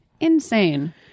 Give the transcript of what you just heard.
insane